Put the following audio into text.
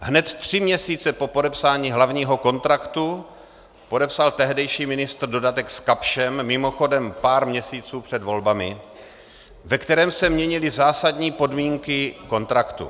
Hned tři měsíce po podepsání hlavního kontraktu podepsal tehdejší ministr dodatek s Kapschem, mimochodem pár měsíců před volbami, ve kterém se měnily zásadní podmínky kontraktu.